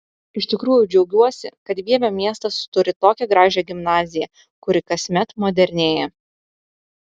iš tikrųjų džiaugiuosi kad vievio miestas turi tokią gražią gimnaziją kuri kasmet modernėja